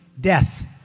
death